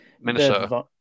Minnesota